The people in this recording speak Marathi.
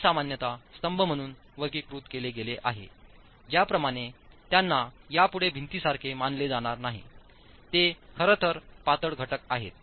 हे सामान्यत स्तंभ म्हणून वर्गीकृत केले गेले आहे ज्याप्रमाणे त्यांना यापुढे भिंतीसारखे मानले जाणार नाही ते खरंतर पातळ घटक आहेत